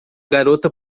garota